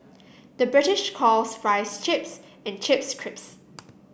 the British calls fries chips and chips crisps